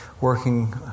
working